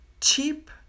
cheap